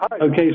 Okay